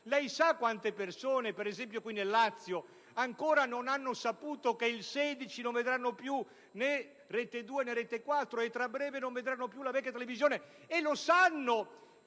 Lei sa quante persone, per esempio qui nel Lazio, ancora non sanno che il 16 giugno prossimo non vedranno più né RAI 2 né Rete 4, e che tra breve non vedranno più la vecchia televisione? Lo sanno